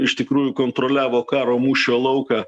iš tikrųjų kontroliavo karo mūšio lauką